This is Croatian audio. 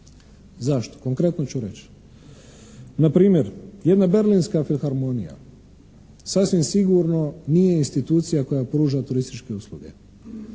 Zašto? Konkretno ću reći. Na primjer, jedna berlinska filharmonija sasvim sigurno nije institucija koja pruža turističke usluge.